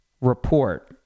report